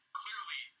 clearly